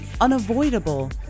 unavoidable